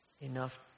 enough